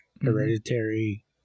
hereditary